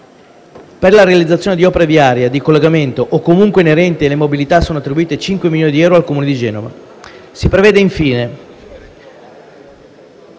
Per la realizzazione di opere viarie di collegamento o comunque inerenti la mobilità sono attribuiti 5 milioni di euro al Comune di Genova.